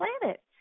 planet